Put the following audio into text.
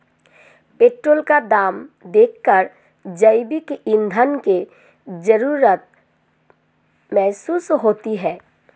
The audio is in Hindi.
पेट्रोल का दाम देखकर जैविक ईंधन की जरूरत महसूस होती है